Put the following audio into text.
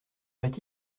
heure